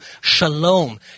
Shalom